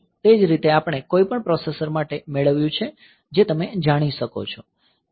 તે જ રીતે આપણે કોઈપણ પ્રોસેસર માટે મેળવ્યું છે જે તમે જાણો છો